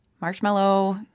Marshmallow